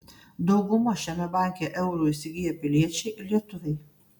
dauguma šiame banke eurų įsigiję piliečiai lietuviai